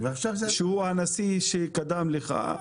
שהוא הנשיא שקדם לך,